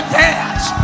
dance